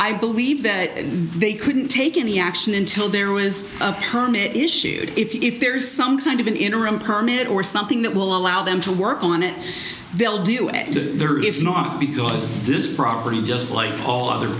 i believe that they couldn't take any action until there was a permit issued if there is some kind of an interim permit or something that will allow them to work on it bill do it to give not because this property just like all other